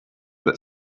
but